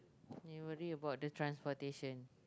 you worry about the transportation